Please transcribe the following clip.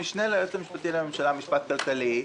המשנה ליועץ המשפטי לממשלה במשפט כלכלי.